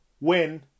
win